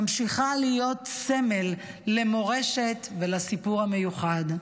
ממשיכה להיות סמל למורשת ולסיפור המיוחד.